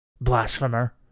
Blasphemer